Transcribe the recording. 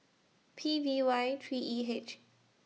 P V Y three E H